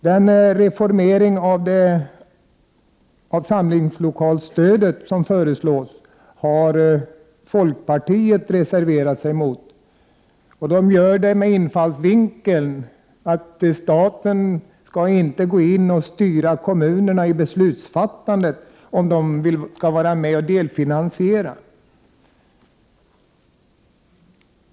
Den reformering av det samlingslokalsstöd som föreslås har folkpartiet reserverat sig mot. Folkpartiet gör det med infallsvinkeln att staten inte skall gå in och styra kommunerna i beslutsfattandet om de skall vara med och delfinansiera.